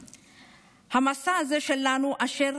המסע הזה שלנו, אשר